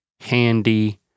handy